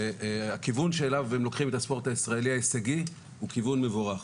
הכיוון שאליו הם לוקחים את הספורט הישראלי ההישגי הוא כיוון מבורך.